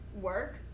work